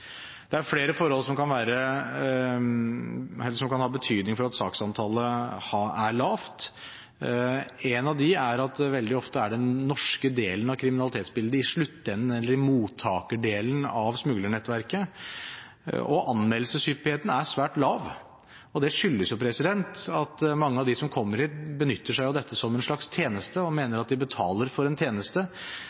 Det er flere forhold som kan ha betydning for at saksantallet er lavt. Et av dem er at veldig ofte er den norske delen av kriminalitetsbildet i sluttenden eller i mottakerdelen av smuglernettverket, og anmeldelseshyppigheten er svært lav. Det skyldes at mange av dem som kommer hit, benytter seg av dette som en slags tjeneste og mener at de betaler for en tjeneste.